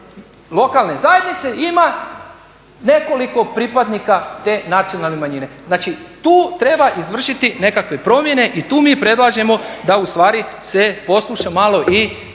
lokalne zajednice ima nekoliko pripadnika te nacionalne manjine. Znači tu treba izvršiti nekakve promjene i tu mi predlažemo da se posluša i